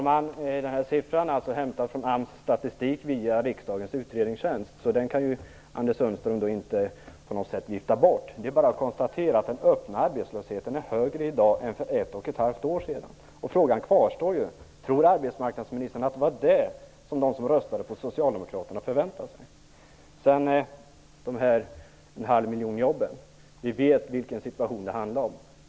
Herr talman! Min sifferuppgift är hämtad från AMS statistik via Riksdagens utredningstjänst, så den kan Anders Sundström inte på något sätt vifta bort. Det är bara att konstatera att den öppna arbetslösheten är högre i dag än för ett och ett halvt år sedan. Frågan kvarstår: Tror arbetsmarknadsministern att det var det som de som röstade på Socialdemokraterna förväntade sig? Vad beträffar de här 500 000 jobben vet vi vilken situation det handlade om.